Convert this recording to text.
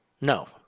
No